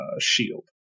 shield